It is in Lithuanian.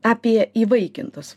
apie įvaikintus